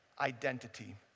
identity